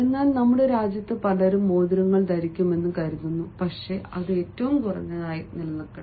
എന്നാൽ നമ്മുടെ രാജ്യത്ത് പലരും മോതിരങ്ങൾ ധരിക്കണമെന്ന് കരുതുന്നു പക്ഷേ അത് ഏറ്റവും കുറഞ്ഞത് നിലനിർത്തട്ടെ